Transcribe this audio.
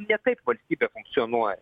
ne kaip valstybė funkcionuoja